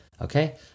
Okay